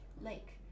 lake